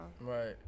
Right